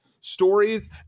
stories